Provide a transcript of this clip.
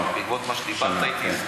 בעקבות מה שדיברת אתי.